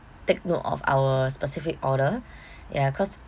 take note of our specific order ya cause